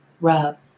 Rub